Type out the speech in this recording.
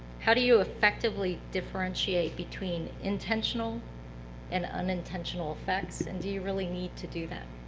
how do you effectively differentiate between intentional and unintentional effects and do you really need to do that?